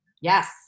Yes